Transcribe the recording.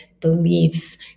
beliefs